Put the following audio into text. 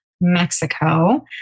Mexico